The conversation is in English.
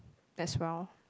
as well